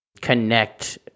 connect